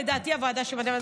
לדעתי הוועדה היא ועדת הבריאות.